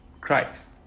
Christ